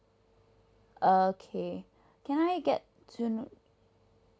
okay can I get to